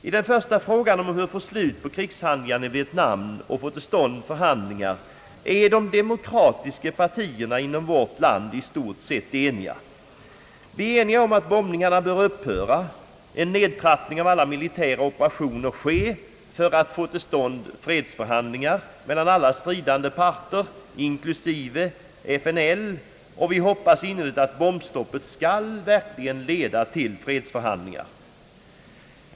I den första frågan — hur man bör få slut på krigshandlingarna i Vietnam och få till stånd förhandlingar — är de demokratiska partierna i vårt land i stort sett eniga. Vi är eniga om att bombningarna i Nordvietnam bör upphöra och att en nedtrappning av alla militära operationer bör ske för att få till stånd förhandlingar mellan de stridande parterna inklusive FNL. Vi hoppas innerligt att bombstoppet verkligen skall leda till fredsförhandlingar.